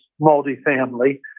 multifamily